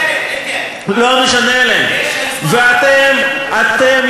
יש היסטוריה אחרת, אלקין.